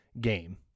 game